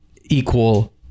equal